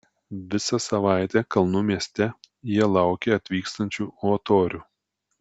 visą savaitę kalnų mieste jie laukė atvykstančių o torių